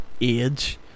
age